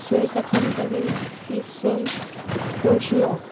सय कातली म्हणटकच ती सय तळशीवप